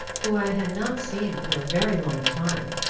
whom i had not seen for a very long time.